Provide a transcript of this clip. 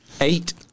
eight